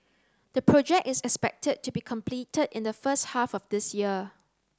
the project is expected to be completed in the first half of this year